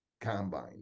combine